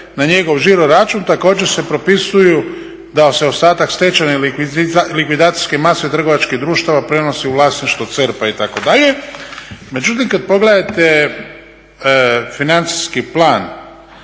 na njegov žiro račun. Također se propisuju da se ostatak stečajne likvidacijske mase trgovačkih društava prenosi u vlasništvo CERP-a itd. Međutim, kad pogledate financijski plan